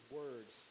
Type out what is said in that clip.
words